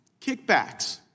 kickbacks